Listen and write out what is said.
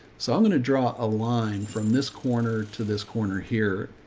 so i'm going to draw a line from this corner, to this corner here.